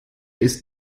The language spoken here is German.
ist